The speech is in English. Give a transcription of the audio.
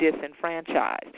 disenfranchised